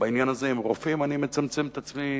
ובעניין הזה עם רופאים אני מצמצם את עצמי